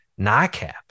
NICAP